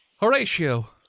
Horatio